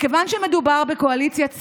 מכיוון שמדובר בקואליציית שמאל,